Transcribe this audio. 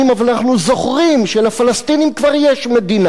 אבל אנחנו זוכרים שלפלסטינים כבר יש מדינה,